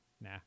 Nah